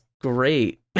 great